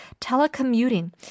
telecommuting